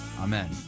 Amen